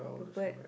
the bird